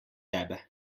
tebe